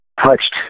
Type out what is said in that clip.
touched